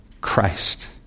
Christ